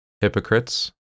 hypocrites